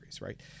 Right